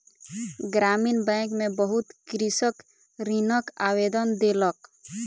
ग्रामीण बैंक में बहुत कृषक ऋणक आवेदन देलक